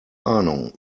ahnung